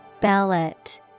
Ballot